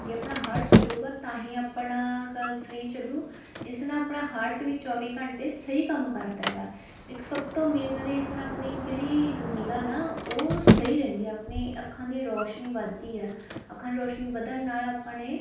ਜੇ ਆਪਣਾ ਹਾਰਟ ਚਲੇਗਾ ਤਾਂ ਹੀ ਆਪਣਾ ਸਰੀਰ ਚੱਲੂ ਇਸ ਨਾਲ ਆਪਣਾ ਹਾਰਟ ਵੀ ਚੌਵੀ ਘੰਟੇ ਸਹੀ ਕੰਮ ਕਰਦਾ ਗਾ ਇਕ ਸਭ ਤੋਂ ਮੇਨ ਗੱਲ ਇਸ ਨਾਲ ਆਪਣੀ ਜਿਹੜੀ ਨਿਗ੍ਹਾ ਨਾ ਉਹ ਸਹੀ ਰਹਿੰਦੀ ਆ ਆਪਣੇ ਅੱਖਾਂ ਦੀ ਰੌਸ਼ਨੀ ਵੱਧਦੀ ਆ ਅੱਖਾਂ ਦੀ ਰੌਸ਼ਨੀ ਵੱਧਣ ਨਾਲ ਆਪਾਂ ਨੇ